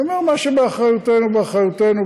אני אומר: מה שבאחריותנו, באחריותנו.